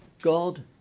God